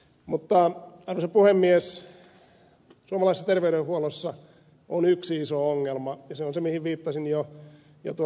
mutta arvoisa puhemies suomalaisessa terveydenhuollossa on yksi iso ongelma ja se on se mihin viittasin jo tuossa debatissa